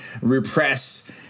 repress